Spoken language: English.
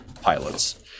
pilots